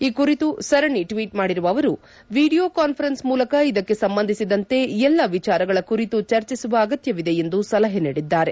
ಈ ಕುರಿತು ಸರಣಿ ಟ್ವೀಟ್ ಮಾಡಿರುವ ಅವರು ವಿಡಿಯೊ ಕಾನ್ವರೆನ್ಸ್ ಮೂಲಕ ಇದಕ್ಕೆ ಸಂಬಂದಿಸಿದಂತೆ ಎಲ್ಲ ವಿಚಾರಗಳ ಕುರಿತು ಚರ್ಚಿಸುವ ಅಗತ್ಲವಿದೆ ಎಂದು ಸಲಹೆ ನೀಡಿದ್ದಾರೆ